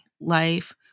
life